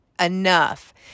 enough